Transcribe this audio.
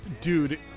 dude